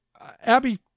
Abby